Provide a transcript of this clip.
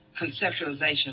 conceptualization